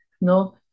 No